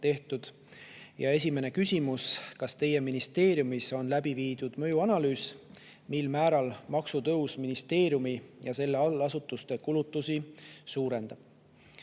tehtud. Esimene küsimus: "Kas teie ministeeriumis on läbi viidud mõjuanalüüs, mil määral maksutõus ministeeriumi ja selle allasutuste kulutusi suurendab?"